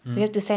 mm